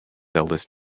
eldest